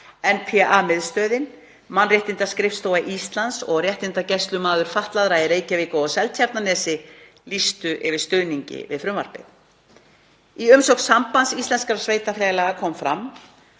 NPA-miðstöðin, Mannréttindaskrifstofa Íslands og réttindagæslumaður fatlaðra í Reykjavík og á Seltjarnarnesi lýstu yfir stuðningi við frumvarpið. Í umsögn Sambands íslenskra sveitarfélaga kom fram